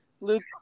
Luke